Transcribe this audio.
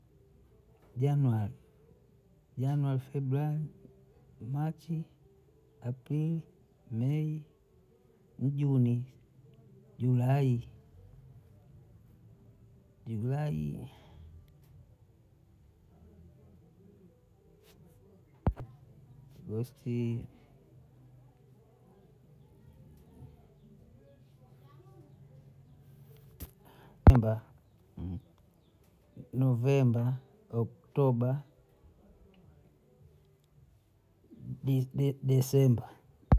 Januari januari februali machi aprili mei mjuni julai julaii agosti novemba oktoba desemba.